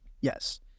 Yes